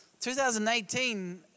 2018